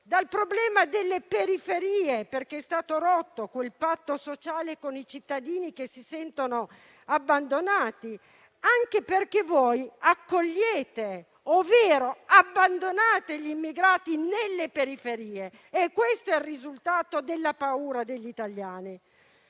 del problema delle periferie. È stato rotto il patto sociale con i cittadini che si sentono abbandonati, anche perché voi accogliete - o, meglio, abbandonate - gli immigrati nelle periferie. Questa è la ragione della paura degli italiani.